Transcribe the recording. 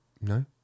no